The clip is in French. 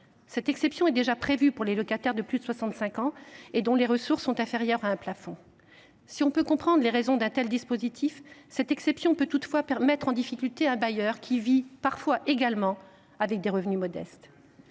Cette exception est déjà prévue pour les locataires de plus de 65 ans et dont les ressources sont inférieures à un plafond. Si l’on peut comprendre les raisons d’un tel dispositif, cette exception peut toutefois mettre en difficulté un bailleur qui vit parfois, également, avec des revenus modestes.